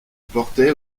portait